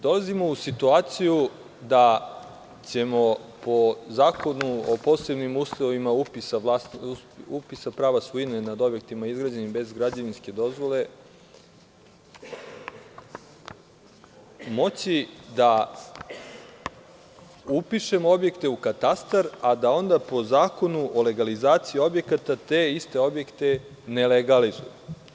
Dolazimo u situaciju da ćemo po Zakonu o posebnim uslovima upisa prava svojine nad objektima izrađenim bez građevinske dozvole, moći da upišemo objekte u katastar, a da onda po Zakonu o legalizaciji objekata te iste objekte ne legalizujemo.